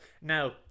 now